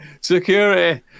Security